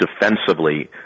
defensively